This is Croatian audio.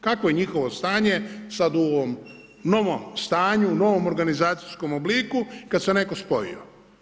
Kakvo je njihovo stanje sad u ovom novom stanju, novom organizacijskom obliku kad se netko spojio.